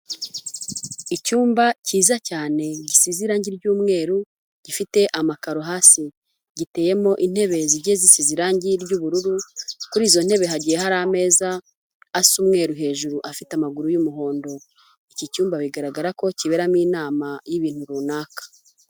Icyumba cyiza cyane gisize irangi ry'umweru gifite amakaro hasi, giteyemo intebe zigiye zisize irangi ry'ubururu, kuri izo ntebe hagiye hari ameza asa umweru hejuru afite amaguru y'umuhondo, iki cyumba bigaragara ko kiberamo inama y'ibintu runaka.